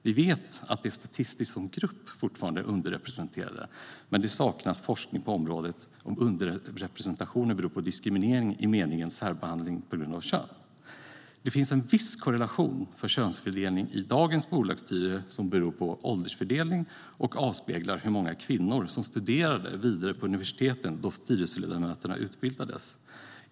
Vi vet att de statistiskt som grupp fortfarande är under-representerade, men det saknas forskning på området. Vi vet inte om underrepresentationen beror på diskriminering i meningen särbehandling på grund av kön. Det finns viss korrelation när det gäller i vad mån könsfördelningen i dagens bolagsstyrelser beror på åldersfördelningen och därmed avspeglar hur många kvinnor som studerade vidare på universiteten då styrelseledamöterna utbildades.